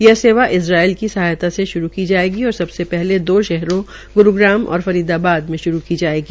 यह सेवा इरजाइ़ल की सहायात से श्रू की जायेगी और सबसे पहले दो शहरों गुरूग्राम तथा फरीदाबाद में शुरू की जायेगी